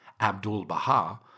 Abdul-Baha